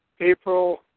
April